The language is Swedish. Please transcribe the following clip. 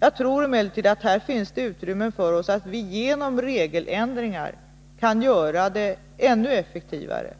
Jag tror emellertid att det finns utrymmen för oss här att genom regeländringar effektivisera ytterligare.